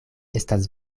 estas